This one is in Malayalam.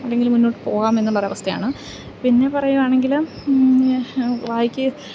അല്ലെങ്കിൽ മുന്നോട്ട് പോകാം എന്ന് ഉള്ളൊരു അവസ്ഥയാണ് പിന്നെ പറയുവാണെങ്കിൽ വായിക്കയും